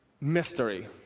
Mystery